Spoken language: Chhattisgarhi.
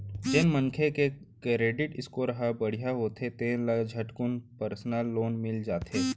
जेन मनखे के करेडिट स्कोर ह बड़िहा होथे तेन ल झटकुन परसनल लोन मिल जाथे